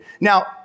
Now